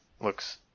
looks